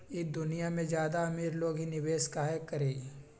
ई दुनिया में ज्यादा अमीर लोग ही निवेस काहे करई?